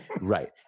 right